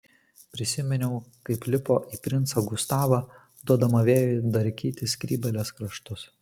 prisiminiau kaip lipo į princą gustavą duodama vėjui darkyti skrybėlės kraštus